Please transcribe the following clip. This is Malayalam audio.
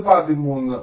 ഇത് 13